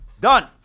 Done